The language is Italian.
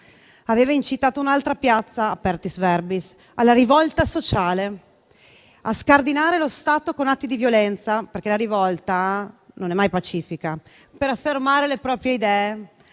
aveva incitato un'altra piazza, *apertis verbis*, alla rivolta sociale, a scardinare lo Stato con atti di violenza - perché la rivolta non è mai pacifica - per affermare le proprie idee,